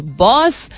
boss